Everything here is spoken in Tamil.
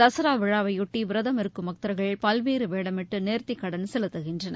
தசரா விழாவைபொட்டி விரதம் இருக்கும் பக்தர்கள் பல்வேறு வேடமீட்டு நேர்த்திக்கடன் செலுத்தகின்றனர்